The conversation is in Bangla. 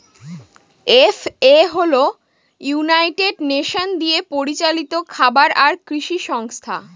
এফ.এ.ও হল ইউনাইটেড নেশন দিয়ে পরিচালিত খাবার আর কৃষি সংস্থা